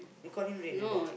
you caught red handed